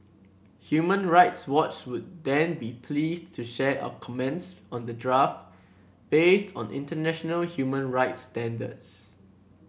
Human Rights Watch would then be pleased to share our comments on the draft based on international human rights standards